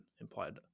implied